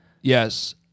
Yes